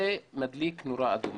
מדליק נורה אדומה.